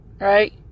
right